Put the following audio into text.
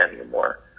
anymore